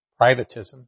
privatism